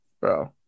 Bro